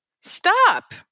Stop